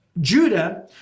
Judah